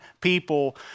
people